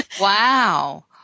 Wow